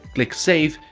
click save,